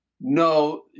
no